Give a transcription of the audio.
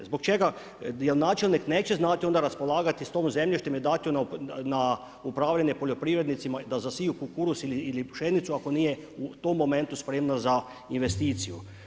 Zbog čega, jer načelnik, neće znati, onda raspolagati s tom zemljištem, i dati ju na upravljanje poljoprivrednicima, da zasiju kukuruz ili pšenicu, ako nije u tom momentu spremna za investiciju.